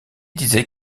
disait